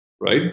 right